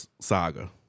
saga